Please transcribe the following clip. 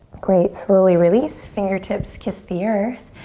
great, slowly release. fingertips kiss the earth.